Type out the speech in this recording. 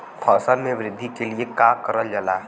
फसल मे वृद्धि के लिए का करल जाला?